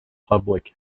public